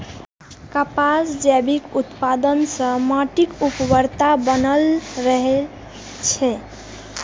कपासक जैविक उत्पादन सं माटिक उर्वरता बनल रहै छै